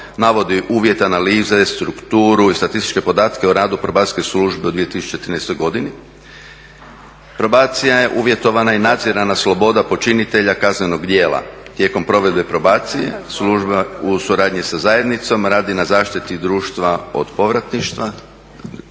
navodi uvjete analize, strukturu i statističke podatke o radu probacijske službe u 2013. godini. Probacija je uvjetovana i nadzirana sloboda počinitelja kaznenog djela, tijekom provedbe probacije služba u suradnji sa zajednicom radi na zaštiti društva od povratništva,